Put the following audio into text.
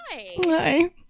hi